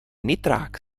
nitrák